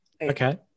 Okay